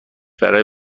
برا